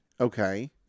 okay